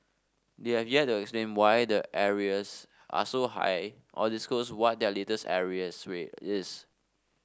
they have yet to explain why their arrears are so high or disclose what their latest arrears rate is